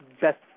best